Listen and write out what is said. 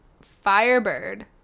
firebird